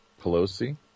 Pelosi